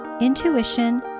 intuition